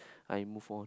I move on